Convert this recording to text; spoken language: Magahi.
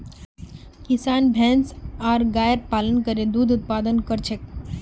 किसान भैंस आर गायर पालन करे दूध उत्पाद तैयार कर छेक